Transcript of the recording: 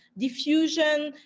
diffusion,